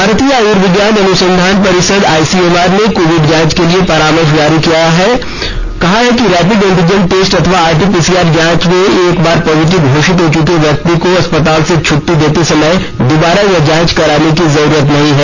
भारतीय आयुर्विज्ञान अनुसंधान परिषद आईसीएमआर ने कोविड जांच के लिये परामर्श जारी कर कहा है कि रैपिड एंटीजन टेस्ट अथवा आरटी पीसीआर जांच में एक बार पॉजिटिव घोषित हो चुके व्यक्ति को अस्पताल से छुट्टी देते समय दुबारा यह जांच कराने की जरुरत नहीं है